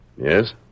Yes